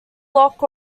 lock